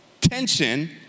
tension